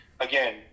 Again